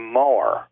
more